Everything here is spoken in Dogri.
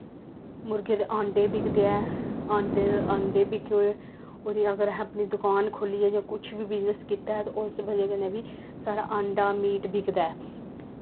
मुर्गें दे आंडे बिकदे ऐं आंडे आंडे बिके ओह्दी अगर असें अपनी दकान खोह्ली ऐ जां कुछ बी बिजनस कीता ऐ ते उस बजह् कन्नै बी साढ़ा अंडा मीट बिकदा ऐ